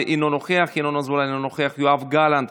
אינו נוכח, ינון אזולאי, אינו נוכח, יואב, גלנט,